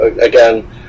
again